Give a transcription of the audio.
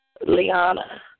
Liana